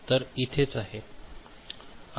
तर हे इथेच आहे